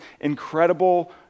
incredible